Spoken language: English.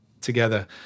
together